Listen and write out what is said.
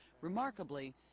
remarkably